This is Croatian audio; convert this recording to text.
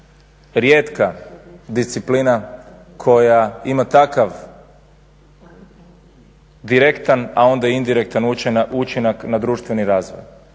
rijetka disciplina koja ima takav direktan, a onda indirektan učinak na društveni razvoj,